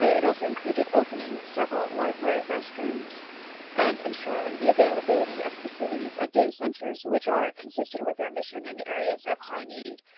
ah it also included opening several library restrooms and ensuring the availability of facilities at day centers which are consistent with our mission in areas of high need.